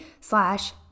slash